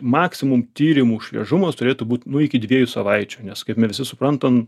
maksimum tyrimų šviežumas turėtų būt nu iki dviejų savaičių nes visi suprantam